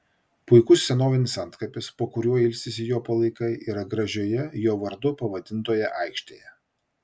puikus senovinis antkapis po kuriuo ilsisi jo palaikai yra gražioje jo vardu pavadintoje aikštėje